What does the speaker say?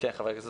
חבר הכנסת